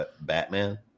Batman